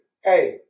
hey